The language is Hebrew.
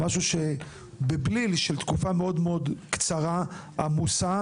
בבליל של תקופה מאוד קצרה ועמוסה